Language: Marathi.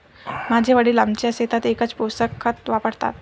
माझे वडील आमच्या शेतात एकच पोषक खत वापरतात